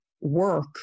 work